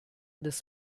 des